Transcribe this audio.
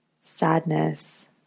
sadness